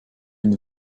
une